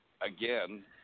again